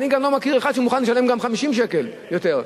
אני לא מכיר אחד שמוכן לשלם גם 50 שקל יותר.